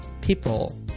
people